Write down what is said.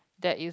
that is